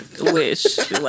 Wish